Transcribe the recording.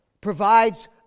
provides